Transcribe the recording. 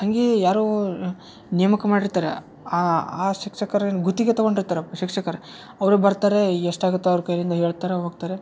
ಹಾಗೇ ಯಾರೋ ನೇಮಕ ಮಾಡಿರ್ತಾರೆ ಆ ಆ ಶಿಕ್ಷಕರ ಏನು ಗುತ್ತಿಗೆ ತಗೊಂಡಿರ್ತರ ಶಿಕ್ಷಕರು ಅವರು ಬರ್ತಾರೆ ಈಗ ಎಷ್ಟು ಆಗುತ್ತೊ ಅವ್ರ ಕೈಲಿಂದ ಹೇಳ್ತಾರೆ ಹೋಗ್ತಾರೆ